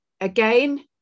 again